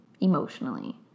emotionally